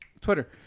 Twitter